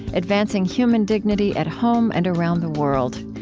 advancing human dignity at home and around the world.